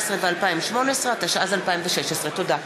התקציב 2017 ו-2018), התשע"ז 2016. תודה.